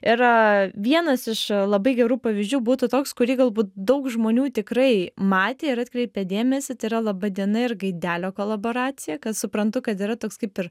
ir vienas iš labai gerų pavyzdžių būtų toks kurį galbūt daug žmonių tikrai matė ir atkreipė dėmesį tai yra laba diena ir gaidelio kolaboracija kad suprantu kad yra toks kaip ir